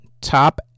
Top